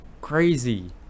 crazy